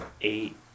Eight